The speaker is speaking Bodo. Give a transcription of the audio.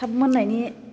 थाब मोननायनि